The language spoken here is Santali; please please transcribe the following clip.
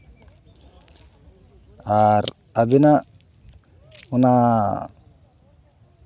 ᱟᱨ ᱟᱹᱵᱤᱱᱟᱜ ᱚᱱᱟ